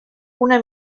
una